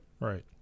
Right